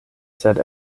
sed